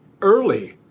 early